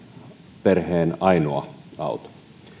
kevytauto on perheen ainoa auto niin kuin edustaja lohi sanoi